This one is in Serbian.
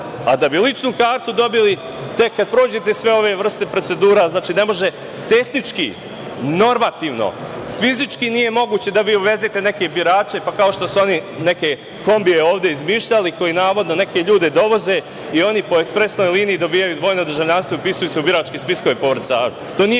bi ličnu kartu dobili, tek kada prođete sve ove vrste procedura, ne može tehnički, normativno, fizički nije moguće da vi uvezete neke birače, pa kao što su oni neke kombije ovde izmišljali koji navodno neke ljude dovoze i oni po ekspresnoj liniji dobijaju dvojna državljanstva i upisuju se u biračke spiskove. To nije